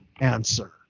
answer